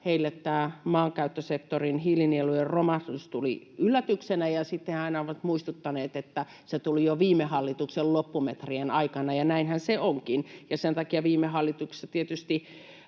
heille tämä maankäyttösektorin hiilinielujen romahdus tuli yllätyksenä, ja sitten he aina ovat muistuttaneet, että se tuli jo viime hallituksen loppumetrien aikana, ja näinhän se onkin. Sen takia viime hallituksessa tietysti